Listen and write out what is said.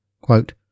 quote